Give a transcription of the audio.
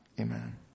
Amen